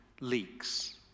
leaks